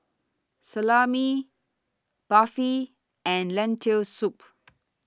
Salami Barfi and Lentil Soup